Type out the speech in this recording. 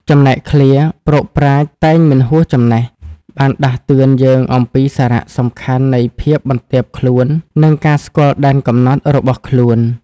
ចំណែកឃ្លា "ព្រោកប្រាជ្ញ តែងមិនហួសចំណេះ" បានដាស់តឿនយើងអំពីសារៈសំខាន់នៃភាពបន្ទាបខ្លួន និងការស្គាល់ដែនកំណត់របស់ខ្លួន។